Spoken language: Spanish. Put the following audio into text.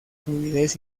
fluidez